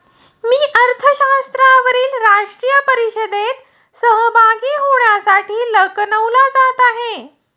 मी अर्थशास्त्रावरील राष्ट्रीय परिषदेत सहभागी होण्यासाठी लखनौला जात आहे